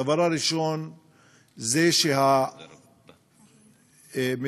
הדבר הראשון זה שמידת